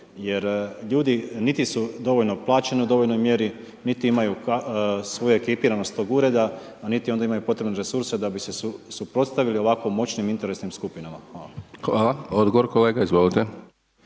jer ljudi niti su dovoljno plaćeni u dovoljnoj mjeri, niti imaju svu ekipiranost tog ureda a niti onda imaju potrebne resurse da bi se suprotstavili ovako moćnim interesnim skupinama. Hvala. **Hajdaš Dončić, Siniša